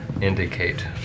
indicate